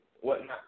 whatnot